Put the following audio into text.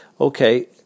okay